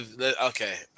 Okay